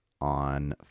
on